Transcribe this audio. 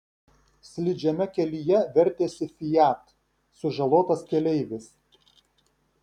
slidžiame kelyje vertėsi fiat sužalotas keleivis